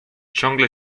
ciągle